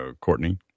courtney